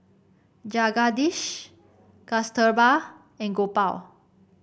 Jagadish Kasturba and Gopal